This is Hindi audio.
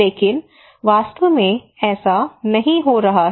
लेकिन वास्तव में ऐसा नहीं हो रहा है